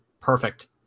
perfect